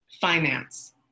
finance